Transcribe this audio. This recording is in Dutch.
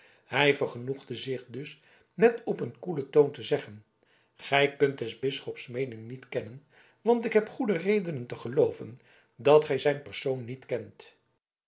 hij vergenoegde zich dus met op een koelen toon te zeggen gij kunt des bisschops meening niet kennen want ik heb goede redenen te gelooven dat gij zijn persoon niet kent